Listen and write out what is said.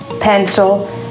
pencil